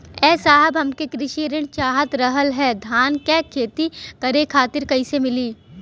ए साहब हमके कृषि ऋण चाहत रहल ह धान क खेती करे खातिर कईसे मीली?